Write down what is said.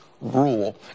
rule